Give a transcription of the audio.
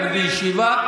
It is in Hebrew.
רק בישיבה,